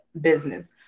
business